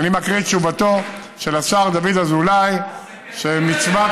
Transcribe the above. אני מקריא את תשובתו של השר דוד אזולאי, שבמצוות